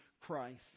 Christ